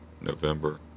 November